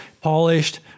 polished